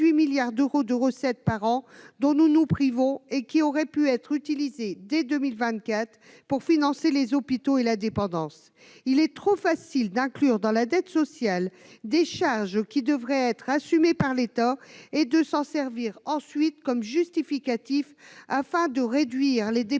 Il est trop facile d'inclure dans la dette sociale des charges qui devraient être assumées par l'État et de s'en servir ensuite comme justificatif afin de réduire les dépenses